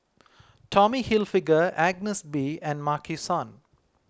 Tommy Hilfiger Agnes B and Maki San